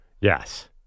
Yes